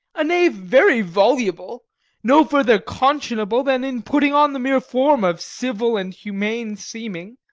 a knave very voluble no further conscionable than in putting on the mere form of civil and humane seeming,